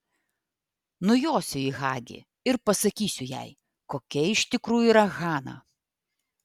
nujosiu į hagi ir pasakysiu jai kokia iš tikrųjų yra hana